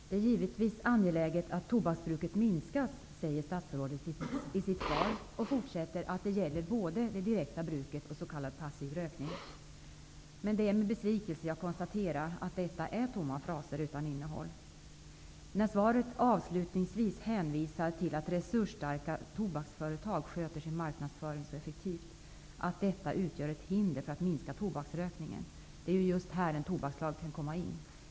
Herr talman! Statsrådet säger i sitt svar att det givetvis är angeläget att tobaksbruket minskas. Han fortsätter med att säga att det både gäller det direkta bruket och s.k. passiv rökning. Det är med besvikelse jag konstaterar att det är tomma fraser utan innehåll. Statsrådet hänvisar i svaret avslutningsvis till att resursstarka tobaksföretag sköter sin marknadsföring så effektivt att den utgör ett hinder för att minska tobaksrökningen. Det är ju just här en tobakslag kan komma in!